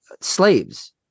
slaves